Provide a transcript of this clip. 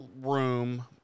room